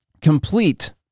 complete